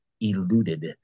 eluded